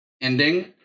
ending